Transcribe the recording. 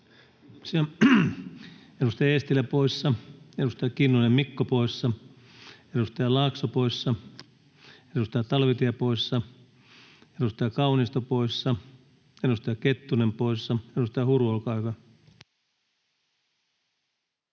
Edustaja Eestilä poissa. Edustaja Mikko Kinnunen poissa. Edustaja Laakso poissa. Edustaja Talvitie poissa. Edustaja Kaunisto poissa. Edustaja Kettunen poissa. — Edustaja Huru, olkaa hyvä.